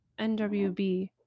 NWB